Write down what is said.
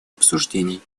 обсуждений